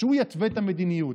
שהוא יתווה את המדיניות,